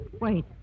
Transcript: wait